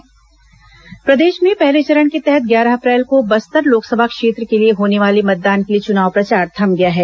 बस्तर चुनाव प्रचार प्रदेश में पहले चरण के तहत ग्यारह अप्रैल को बस्तर लोकसभा क्षेत्र के लिए होने वाले मतदान के लिए चुनाव प्रचार थम गया है